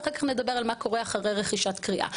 ואחר-כך נדבר על מה קורה אחרי רכישת קריאה.